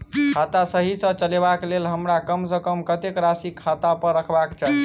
खाता सही सँ चलेबाक लेल हमरा कम सँ कम कतेक राशि खाता पर रखबाक चाहि?